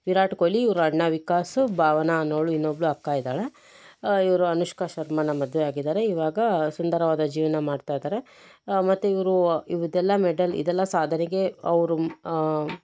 ವಿರಾಟ್ ಕೊಹ್ಲಿ ಇವರ ಅಣ್ಣ ವಿಕಾಸ್ ಭಾವನಾ ಅನ್ನೋವ್ಳು ಇನ್ನೊಬ್ಬಳು ಅಕ್ಕ ಇದ್ದಾಳೆ ಇವರು ಅನುಷ್ಕಾ ಶರ್ಮಾನ ಮದುವೆ ಆಗಿದ್ದಾರೆ ಇವಾಗ ಸುಂದರವಾದ ಜೀವನ ಮಾಡ್ತಾಯಿದ್ದಾರೆ ಮತ್ತು ಇವ್ರು ಇವ್ರದ್ದೆಲ್ಲ ಮೆಡಲ್ ಇದೆಲ್ಲ ಸಾಧನೆಗೆ ಅವರು